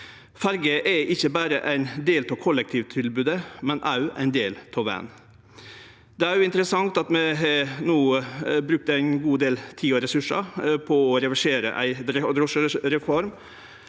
Ferje er ikkje berre ein del av kollektivtilbodet, men òg ein del av vegen. Det er òg interessant at vi no har brukt ein god del tid og ressursar på å reversere ei drosjereform